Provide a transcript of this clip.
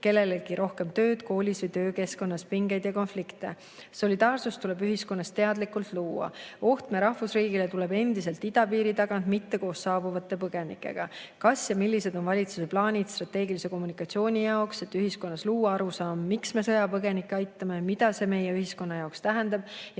kellelegi rohkem tööd, koolis või töökeskkonnas pingeid ja konflikte. Solidaarsust tuleb ühiskonnas teadlikkult luua. Oht me rahvusriigile tuleb endiselt idapiiri tagant, mitte koos saabuvate põgenikega. Kas ja millised on valitsuse plaanid strateegilise kommunikatsiooni jaoks, et ühiskonnas luua arusaam, miks me sõjapõgenikke aitame, mida see me ühiskonna jaoks tähendab ja